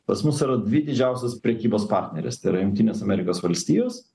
pas mus yra dvi didžiausios prekybos partnerės tai yra jungtinės amerikos valstijos